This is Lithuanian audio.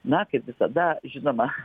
na kaip visada žinoma